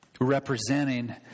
representing